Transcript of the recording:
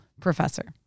professor